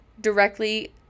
directly